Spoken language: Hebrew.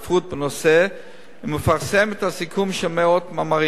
בנושא ומפרסם את הסיכום של מאות מאמרים.